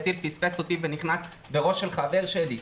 הטיל פספס ונכנס בראש של חבר שלי.